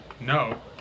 No